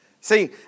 See